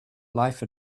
life